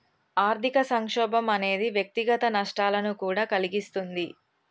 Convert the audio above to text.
ఆర్థిక సంక్షోభం అనేది వ్యక్తిగత నష్టాలను కూడా కలిగిస్తుంది